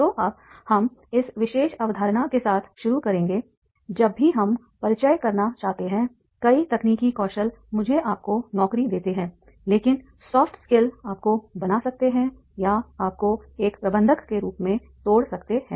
तो अब हम इस विशेष अवधारणा के साथ शुरू करेंगे जब भी हम परिचय करना चाहते हैं कई तकनीकी कौशल मुझे आपको नौकरी देते हैंलेकिन सॉफ्ट स्किल आपको बना सकते हैं या आपको एक प्रबंधक के रूप में तोड़ सकते हैं